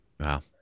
Wow